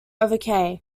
over